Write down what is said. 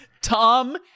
Tom